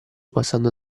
passando